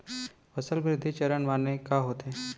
फसल वृद्धि चरण माने का होथे?